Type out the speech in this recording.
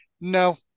No